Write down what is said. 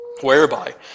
whereby